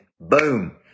boom